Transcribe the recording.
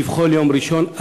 כביכול יום ראשון,